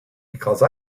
because